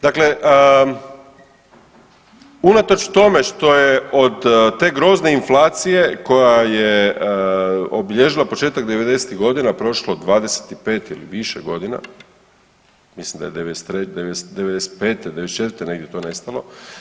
Dakle, unatoč tome što je od te grozne inflacije koja je obilježila početak devedesetih godina prošlo 25 ili više godina mislim da je '95., '94. negdje to nestalo.